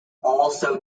also